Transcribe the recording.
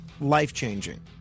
life-changing